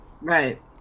Right